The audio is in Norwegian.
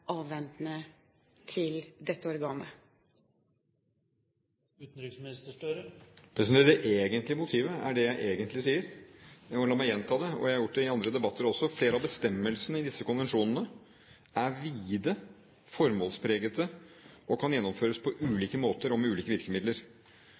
avventende til dette organet? Det egentlige motivet er det jeg egentlig sier. La meg gjenta det – det har jeg gjort det i andre debatter også: Flere av bestemmelsene i disse konvensjonene er vide, formålspregede og kan gjennomføres på